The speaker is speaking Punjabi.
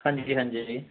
ਹਾਂਜੀ ਜੀ ਹਾਂਜੀ ਜੀ